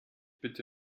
bitte